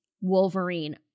Wolverine